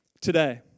today